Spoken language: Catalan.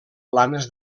planes